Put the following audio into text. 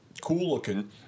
cool-looking